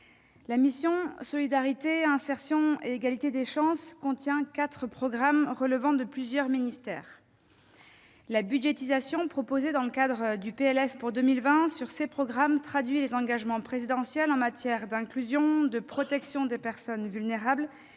la mission « Solidarité, insertion et égalité des chances » contient quatre programmes qui relèvent de plusieurs ministères. La budgétisation proposée dans le cadre du projet de loi de finances pour 2020 sur ces programmes traduit les engagements présidentiels en matière d'inclusion, de protection des personnes vulnérables